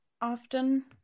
often